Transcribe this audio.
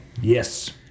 Yes